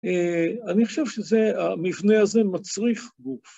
אני חושב שמבנה הזה מצריך גוף.